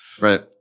Right